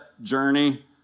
journey